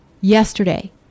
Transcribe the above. Yesterday